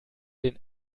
den